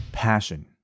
passion